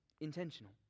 intentional